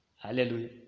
Hallelujah